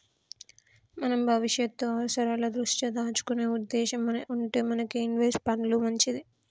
మనం భవిష్యత్తు అవసరాల దృష్ట్యా దాచుకునే ఉద్దేశం ఉంటే మనకి ఇన్వెస్ట్ పండ్లు మంచిది